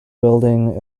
building